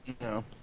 no